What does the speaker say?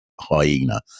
hyena